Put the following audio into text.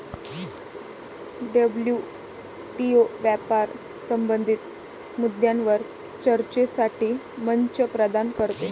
WTO व्यापार संबंधित मुद्द्यांवर चर्चेसाठी मंच प्रदान करते